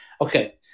Okay